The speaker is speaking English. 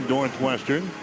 Northwestern